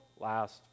last